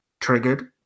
triggered